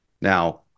Now